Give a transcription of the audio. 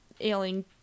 ailing